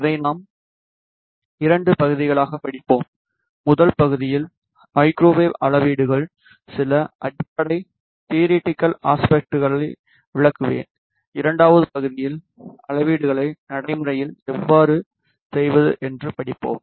இதை நாம் இரண்டு பகுதிகளாகப் படிப்போம் முதல் பகுதியில் மைக்ரோவேவ் அளவீடுகள் சில அடிப்படை தியரிட்டிகள் அஸ்பெக்ட்ஸ்களை விளக்குவேன் இரண்டாவது பகுதியில் அளவீடுகளை நடைமுறையில் எவ்வாறு செய்வது என்று படிப்போம்